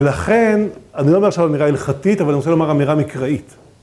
‫ולכן אני לא אומר עכשיו אמירה הלכתית, ‫אבל אני רוצה לומר אמירה מקראית.